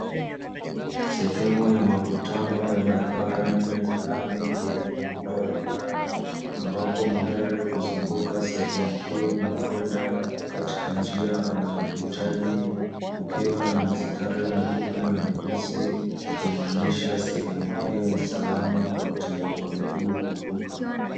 Sehemu ya makutano ya barabara nne za lami zenye muundo wa duara, ambapo magari huzunguka sehemu hiyo na kwenda katika njia anayohitaji, kukiwa na mistari myeupe na myeusi, kumaanisha sehemu hiyo ni salama kwa watembea kwa miguu kuvuka.